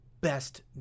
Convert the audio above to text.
best